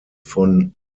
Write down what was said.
von